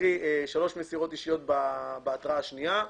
קרי שלוש מסירות אישיות בהתראה השנייה.